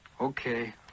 Okay